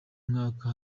mwaka